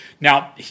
Now